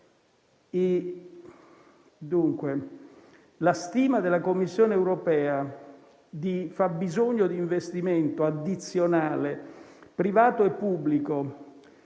ottobre: la stima della Commissione europea di fabbisogno di investimento addizionale privato e pubblico